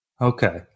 Okay